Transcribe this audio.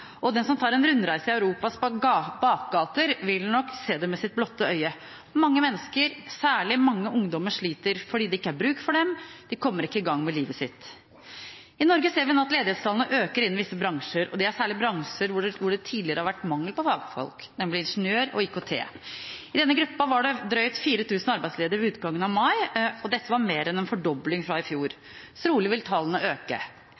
Den som tar en rundreise i Europas bakgater, vil se det med sitt blotte øye. Mange mennesker, særlig mange ungdommer, sliter fordi det ikke er bruk for dem, og de kommer ikke i gang med livet sitt. I Norge ser vi nå at ledighetstallene øker innen visse bransjer, og det er særlig bransjer hvor det tidligere har vært mangel på fagfolk, innen ingeniør- og IKT-fag. I denne gruppa var det drøyt 4 000 arbeidsledige ved utgangen av mai. Dette var mer enn en fordobling fra i fjor. Trolig vil tallene øke.